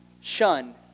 shun